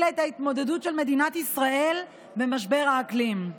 את ההתמודדות של מדינת ישראל עם משבר האקלים.